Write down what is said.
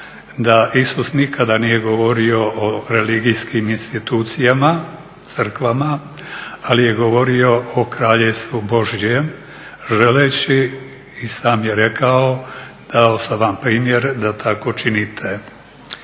da Isus nikad nije govorio o religijskim institucijama, crkvama, ali je govorio o kraljevstvu božjem želeći i sam je rekao dao sam vam primjer da tako činite.